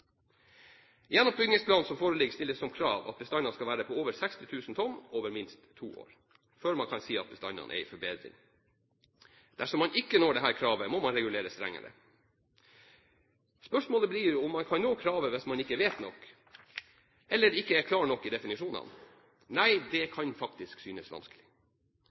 som foreligger, stiller som krav at bestandene skal være på over 60 000 tonn over minst to år før man kan si at bestandene er i forbedring. Dersom man ikke når dette kravet, må man regulere strengere. Spørsmålet blir om man kan nå kravet hvis man ikke vet nok, eller ikke er klar nok i definisjonene. Nei, det kan faktisk synes vanskelig.